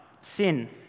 sin